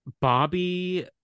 Bobby